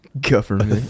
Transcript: Government